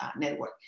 network